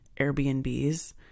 Airbnbs